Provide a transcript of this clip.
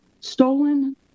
stolen